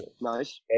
Nice